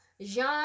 Jean